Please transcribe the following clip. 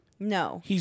No